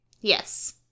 Yes